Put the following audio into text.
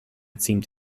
seemed